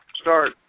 start